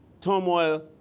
turmoil